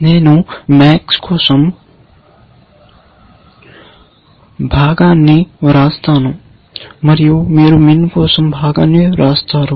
నేను MAX కోసం భాగాన్ని వ్రాస్తాను మరియు మీరు MIN కోసం భాగాన్ని వ్రాస్తారు